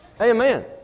Amen